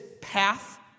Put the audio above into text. path